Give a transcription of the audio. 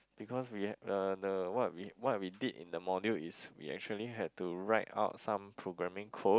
because we had uh the what we what we did in that module is we actually had to write out some programming code